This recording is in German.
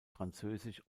französisch